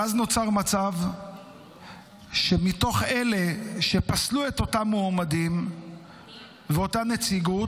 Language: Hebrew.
ואז נוצר מצב שמתוך אלה שפסלו את אותם מועמדים ואותה נציגות,